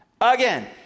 Again